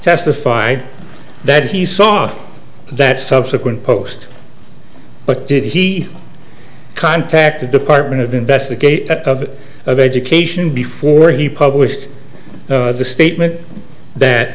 testified that he saw that subsequent post but did he contact the department of investigate of of education before he published the statement that